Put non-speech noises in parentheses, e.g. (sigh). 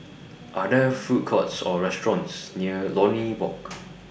Are There Food Courts Or restaurants near Lornie Walk (noise)